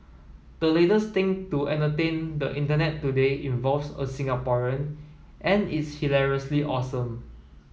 the latest thing to entertain the Internet today involves a Singaporean and it's hilariously awesome